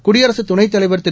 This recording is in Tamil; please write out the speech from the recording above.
குடியரசு துணைத் தலைவர் திரு